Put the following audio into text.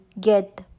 get